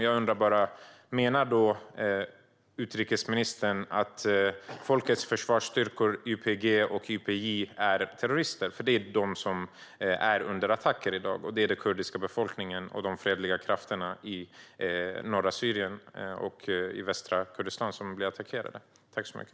Jag undrar om hon då menar att folkets försvarsstyrkor YPG och YPJ är terrorister, för det är de som är under attack i dag. Det är den kurdiska befolkningen och de fredliga krafterna i norra Syrien och västra Kurdistan som blir attackerade.